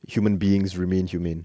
human beings remain humane